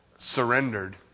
surrendered